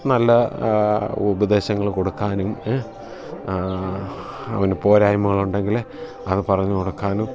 നല്ല ഉപദേശങ്ങൾ കൊടുക്കാനും അവന് പോരായ്മകുണ്ടെങ്കിൽ അത് പറഞ്ഞു കൊടുക്കാനും